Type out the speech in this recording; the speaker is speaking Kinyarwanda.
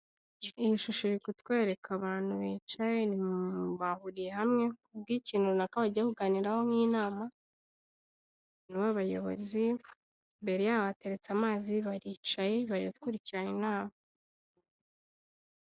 Iyi shusho iri kutwereka abantu bicaye bahuriye hamwe ku bw'ikintu runaka bagiye kuganiraho nk'inama harimo abayobozi, imbere yaho hateretse amazi baricaye bari gukurikirana inama.